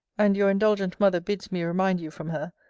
and your indulgent mother bids me remind you from her,